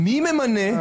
מי ממנה את הרמטכ"ל?